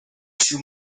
too